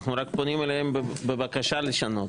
אנחנו רק פונים אליהם בבקשה לשנות,